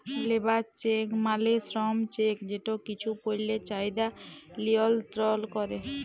labour check মালে শ্রম check যেট কিছু পল্যের চাহিদা লিয়লত্রল ক্যরে